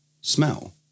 Smell